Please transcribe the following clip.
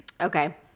Okay